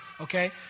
okay